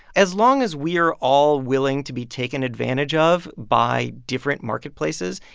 as long as we are all willing to be taken advantage of by different marketplaces,